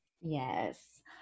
yes